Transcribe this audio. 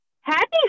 Happy